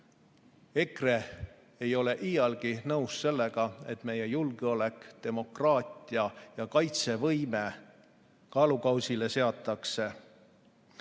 EKRE ei ole iialgi nõus sellega, et meie julgeolek, demokraatia ja kaitsevõime kaalukausile seatakse.